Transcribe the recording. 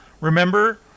Remember